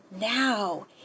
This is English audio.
now